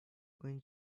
when